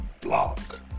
block